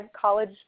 college